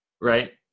Right